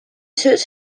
zus